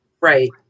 Right